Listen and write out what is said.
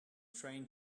train